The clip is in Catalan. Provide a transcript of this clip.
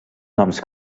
noms